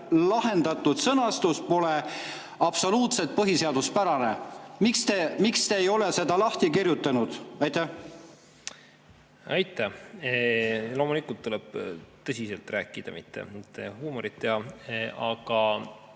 lahendatud sõnastus pole absoluutselt põhiseaduspärane. Miks te ei ole seda lahti kirjutanud? Aitäh! Loomulikult tuleb tõsiselt rääkida, mitte huumorit teha. Aga